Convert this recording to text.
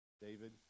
David